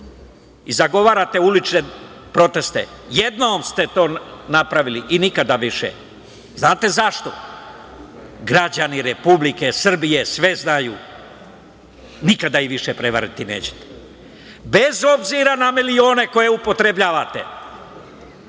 još. Zagovarate ulične proteste. Jednom ste to napravili i nikada više. Znate zašto? Građani Republike Srbije sve znaju. Nikada ih više prevariti nećete, bez obzira na milione koje upotrebljavate.